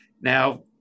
Now